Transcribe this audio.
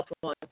one